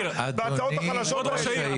המשטרה, בהצעות החלשות האלה.